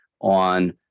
on